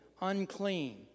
unclean